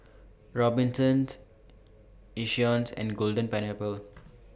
Robinsons Yishions and Golden Pineapple